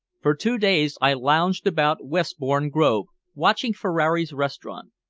for two days i lounged about westbourne grove watching ferrari's restaurant.